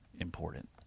important